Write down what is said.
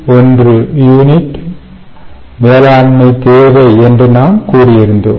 1 unit வேளாண்மை தேவை என்று நாம் கூறியிருந்தோம்